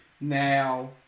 now